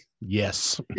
Yes